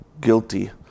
guilty